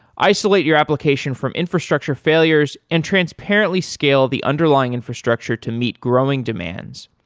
isolate your application from infrastructure failures and transparently scale the underlying infrastructure to meet growing demands,